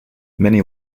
many